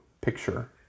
picture